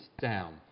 down